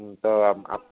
ହୁଁ ତ